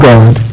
God